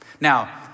Now